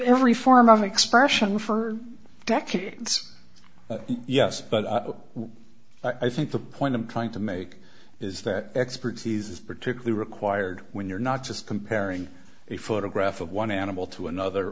every form of expression for decades yes but i think the point i'm trying to make is that expertise is particularly required when you're not just comparing a photograph of one animal to another